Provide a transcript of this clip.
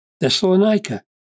Thessalonica